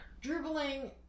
Dribbling